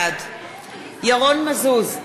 בעד ירון מזוז,